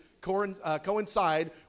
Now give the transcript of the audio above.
coincide